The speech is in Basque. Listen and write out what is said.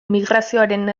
migrazioaren